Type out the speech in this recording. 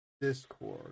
Discord